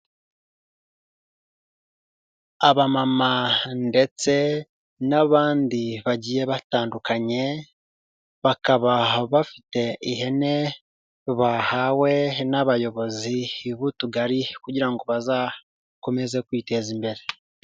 Abamama ndetse n'abandi bagiye batandukanye, bakabaha bafite ihene bahawe n'abayobozi b'utugari kugira ngo bazakomeze kwiteza imbere.